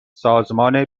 سازمان